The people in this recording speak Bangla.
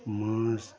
মাঝ